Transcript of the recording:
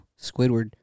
Squidward